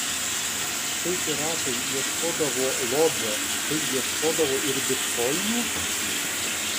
kai piratai ieškodavo lobio tai ieškodavo ir bitkoinų